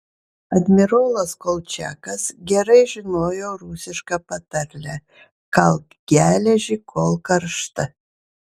admirolas kolčiakas gerai žinojo rusišką patarlę kalk geležį kol karšta